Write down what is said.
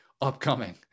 upcoming